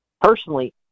personally